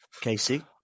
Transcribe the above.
Casey